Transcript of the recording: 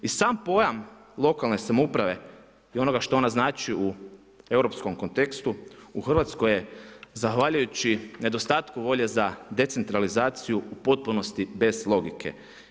I sam pojam lokalne samouprave i ono što ona znači u europskom kontekstu u Hrvatskoj je zahvaljujući nedostatku volje za decentralizaciju u potpunosti bez logike.